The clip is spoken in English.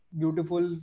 beautiful